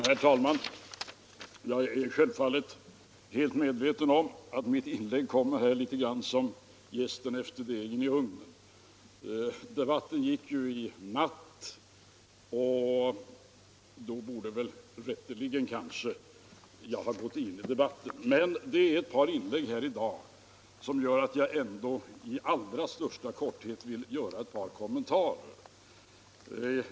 Herr talman! Jag är självfallet helt medveten om att mitt inlägg kommer litet grand som jästen efter degen in i ugnen. Debatten ägde ju rum i natt, och då borde jag kanske rätteligen gått in i den. Men det är ett par inlägg här i dag som gör att jag ändå i allra största korthet vill ge ett par kommentarer.